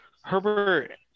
Herbert